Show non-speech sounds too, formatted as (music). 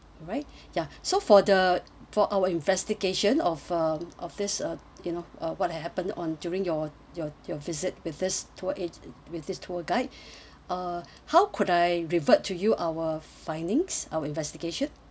alright (breath) ya so for the for our investigation of uh of this uh you know uh what had happened on during your your your visit with this tour age~ with this tour guide (breath) uh how could I revert to you our findings our investigation